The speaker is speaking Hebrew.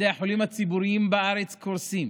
בתי החולים הציבוריים בארץ קורסים,